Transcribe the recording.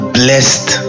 blessed